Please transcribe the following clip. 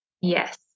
Yes